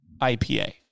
IPA